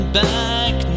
back